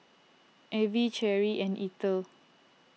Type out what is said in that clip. Evie Cherrie and Eithel